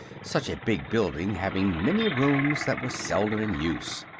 such a big building having many rooms that were seldom in use.